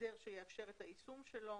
הסדר שיאפשר את היישום שלו.